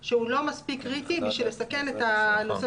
שהוא לא מספיק קריטי כדי לסכן את הנושא